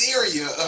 area